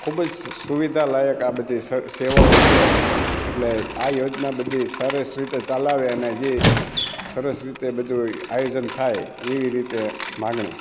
ખૂબજ સુવિધાલાયક આ બધી સેવાઓ છે એટલે આ યોજના બધી સરસ રીતે ચલાવે ને હજી સરસ રીતે બધુંય આયોજન થાય એવી રીતે માંગણી